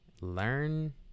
learn